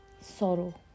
sorrow